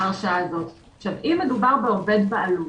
אם מדובר בעובד בעלות,